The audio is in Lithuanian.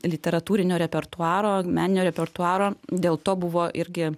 literatūrinio repertuaro meninio repertuaro dėl to buvo irgi